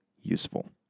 useful